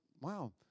wow